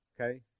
okay